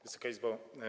Wysoka Izbo!